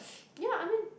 ya I mean